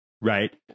Right